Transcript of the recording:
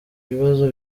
bibazo